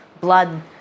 blood